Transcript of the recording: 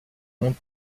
ont